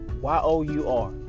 Y-O-U-R